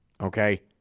Okay